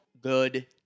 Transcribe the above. good